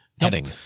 Heading